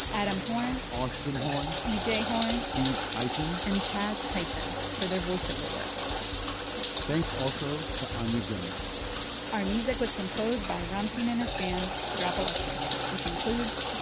adam horn. austin horn. e j. horn. steve tyson. and chas tyson for their voiceover work thanks also to anya grundmann our music was composed by ramtin and his band drop electric, which includes.